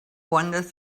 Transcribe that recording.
wanders